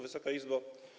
Wysoka Izbo!